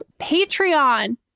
Patreon